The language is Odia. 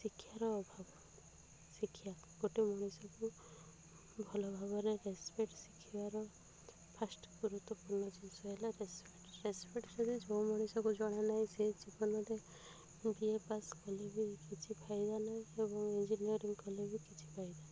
ଶିକ୍ଷାର ଅଭାବ ଶିକ୍ଷା ଗୋଟେ ମଣିଷକୁ ଭଲ ଭାବରେ ରେସପେକ୍ଟ୍ ଶିଖିବାର ଫାଷ୍ଟ୍ ଗୁରୁତ୍ୱପୂର୍ଣ୍ଣ ଜିନିଷ ହେଲେ ରେସପେକ୍ଟ୍ ରେସପେକ୍ଟ୍ରେ ଯେଉଁ ମଣିଷକୁ ଜଣା ନାହିଁ ସେ ଜୀବନରେ ବି ଏ ପାସ୍ କଲେ ବି କିଛି ଫାଇଦା ନାହିଁ ଏବଂ ଇଞ୍ଜିନିୟରିଂ କଲେ ବି କିଛି ଫାଇଦା ନାହିଁ